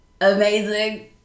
Amazing